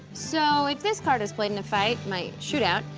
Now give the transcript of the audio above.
so if this card is played in a fight, my shootout,